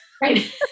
Right